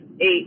eight